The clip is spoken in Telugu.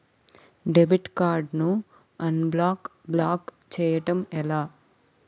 డెబిట్ కార్డ్ ను అన్బ్లాక్ బ్లాక్ చేయటం ఎలా?